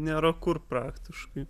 nėra kur praktiškai